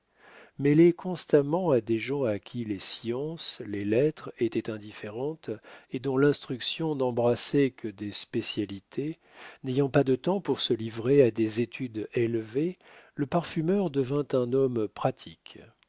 parfumerie mêlé constamment à des gens à qui les sciences les lettres étaient indifférentes et dont l'instruction n'embrassait que des spécialités n'ayant pas de temps pour se livrer à des études élevées le parfumeur devint un homme pratique